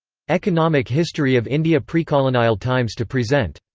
economic history of india precolonial times to present.